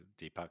Deepak